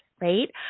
right